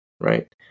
right